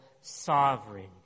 sovereign